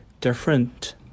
different